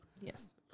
Yes